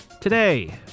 Today